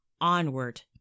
onward